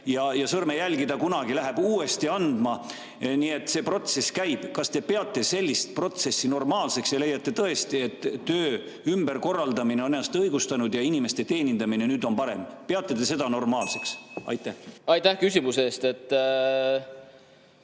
Ja sõrmejälgi ta kunagi läheb uuesti andma. Nii see protsess käib. Kas te peate sellist protsessi normaalseks ja leiate tõesti, et töö ümberkorraldamine on ennast õigustanud ja inimeste teenindamine nüüd on parem? Kas te peate seda normaalseks? Aitäh, austatud